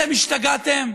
אתם השתגעתם?